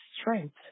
strength